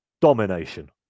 domination